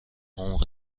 عمق